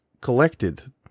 collected